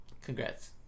Congrats